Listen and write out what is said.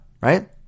right